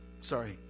Sorry